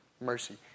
mercy